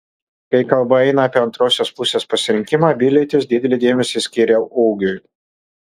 kai kalba eina apie antrosios pusės pasirinkimą abi lytys didelį dėmesį skiria ūgiui